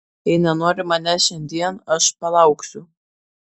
jei nenori manęs šiandien aš palauksiu